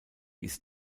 ist